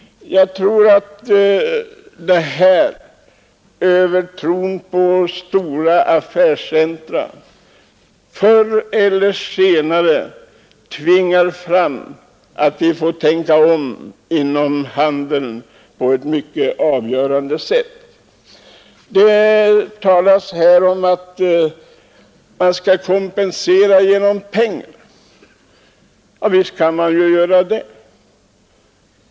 Jag tror att man inom handeln förr eller senare kommer att tvingas att pröva om sin övertro på stora affärscentra. Det talas i skrivelsen om att man skall kompensera genom pengar. Visst kan man göra det.